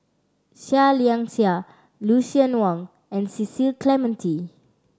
Seah Liang Seah Lucien Wang and Cecil Clementi